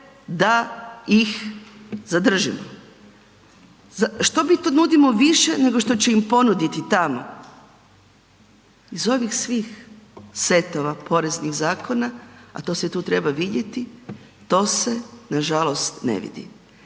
da ih zadržimo? Što mi to nudimo više nego što će im ponuditi tamo? Iz ovih svih setova poreznih zakona, a to se tu treba vidjeti, to se nažalost ne vidi.